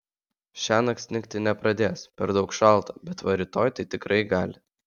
šiąnakt snigti nepradės per daug šalta bet va rytoj tai tikrai gali